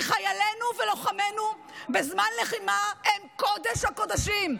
כי חיילינו ולוחמינו בזמן לחימה הם קודש-הקודשים.